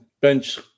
bench